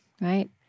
right